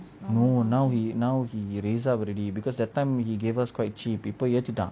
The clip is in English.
no now he now he raise up already because that time he gave us quite cheap இப்போ எதிட்டான்:ippo ethitaan